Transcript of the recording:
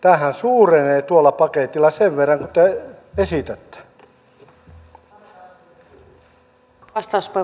tämähän suurenee tuolla paketilla sen verran kuin te esitätte